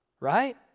Right